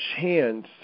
chance